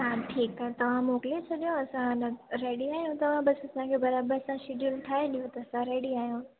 हा ठीकु आहे तव्हां मोकिले छॾियो असां है न रेडी आहियूं तव्हां बस असांखे बराबरि सां शेड्युल ठाहे ॾियो असां रडी आहियूं